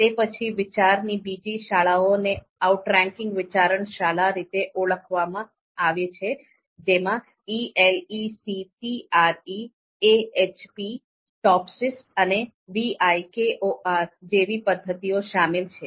તે પછી વિચાર ની બીજી શાળાને આઉટ રેંકિંગ વિચારણા શાળા રીતે ઓળખવામાં આવે છે જેમાં ELECTRE AHP TOPSIS અને VIKOR જેવી પદ્ધતિઓ શામેલ છે